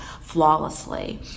flawlessly